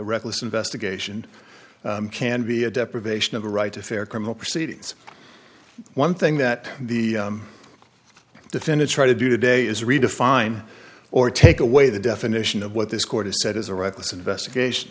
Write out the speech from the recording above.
reckless investigation can be a deprivation of the right to fair criminal proceedings one thing that the defendants try to do today is redefine or take away the definition of what this court has said is a reckless investigation